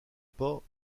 pas